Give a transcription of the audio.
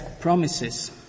promises